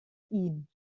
ihn